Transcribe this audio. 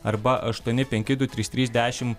arba aštuoni penki du trys trys dešimt